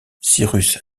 cyrus